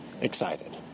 excited